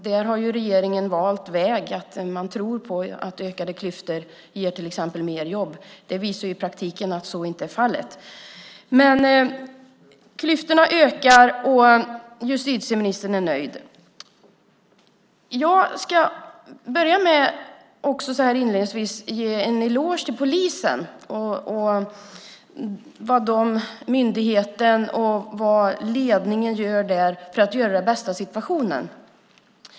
Där har ju regeringen valt väg. Man tror på att ökade klyftor exempelvis ger fler jobb. Det visar sig i praktiken att så inte är fallet. Klyftorna ökar och justitieministern är nöjd. Låt mig ge en eloge till polisen för vad ledningen gör för att göra det bästa av situationen.